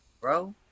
bro